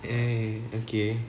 eh okay